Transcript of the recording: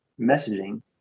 messaging